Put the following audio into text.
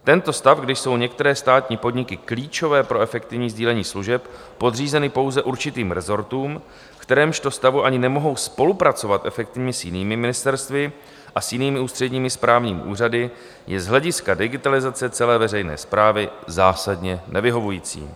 Tento stav, kdy jsou některé státní podniky klíčové pro efektivní sdílení služeb podřízeny pouze určitým rezortům, v kterémžto stavu ani nemohou spolupracovat efektivně s jinými ministerstvy, a s jinými ústředními správními úřady, je z hlediska digitalizace celé veřejné správy zásadně nevyhovující.